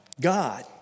God